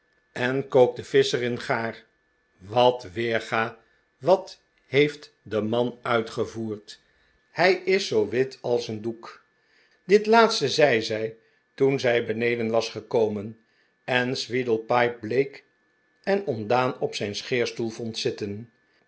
en kookt de visch er in gaar wat weerga wat heeft de man uitgevoerd hij is zoo wit als een doek dit laatste zei zij toen zij beneden was gekomen en sweedlepipe bleek en ontdaan op zijn scheerstoel vond zitten